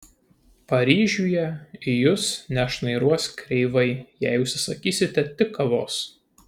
paryžiuje į jus nešnairuos kreivai jei užsisakysite tik kavos